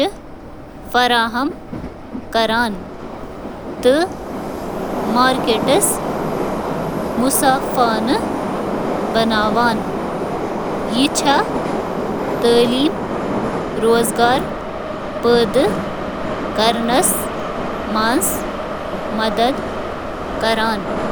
تہِ یقینی بناونٕچ ضروٗرت۔